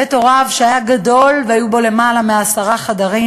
בית הוריו היה גדול והיו בו למעלה מעשרה חדרים,